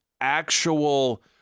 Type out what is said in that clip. actual